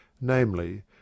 namely